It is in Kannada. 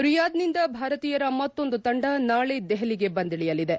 ರಿಯಾದ್ನಿಂದ ಭಾರತೀಯರ ಮತ್ತೊಂದು ತಂಡ ನಾಳಿ ದೆಹಲಿಗೆ ಬಂದಿಳಿಯಲಿದೆ